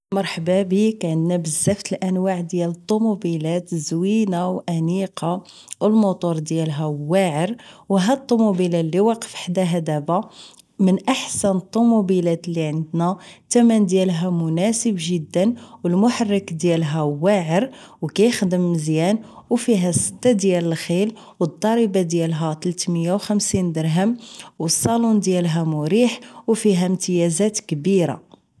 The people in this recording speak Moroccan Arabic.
مرحبا بيك عندنا بزاف ديال الانواع الطموبيلات زوينة و انيقة و الموتور ديالها واعر و هاد الطوموبيلا اللي واقف حداها دبا من احسن الطموبيلات اللي عندنا تمن دايلها مناسب جدا و المحرك ديالها واعر و كيخدم مزيان و فيها ستة ديال الخيل و الضريبة١ ديالها تلت مية و خمسين درهم و الصالون ديالها مريح و فيها امتيازات كبيرة